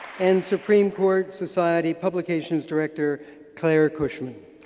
and supreme court society publications director claire kushman